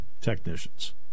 technicians